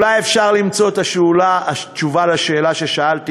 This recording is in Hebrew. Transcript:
אולי אפשר למצוא את התשובה לשאלה ששאלתי